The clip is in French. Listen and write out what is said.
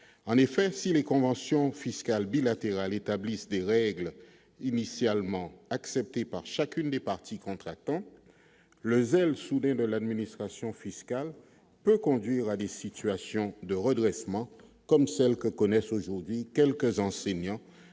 en effet, si les conventions fiscales bilatérales établissent des règles initialement accepté par chacune des parties contractantes le zèle soudain de l'administration fiscale peut conduire à des situations de redressement comme celle que connaissent aujourd'hui, quelques enseignants